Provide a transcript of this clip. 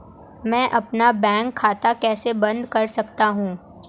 मैं अपना बैंक खाता कैसे बंद कर सकता हूँ?